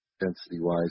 density-wise